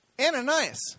Ananias